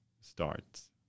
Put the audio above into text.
starts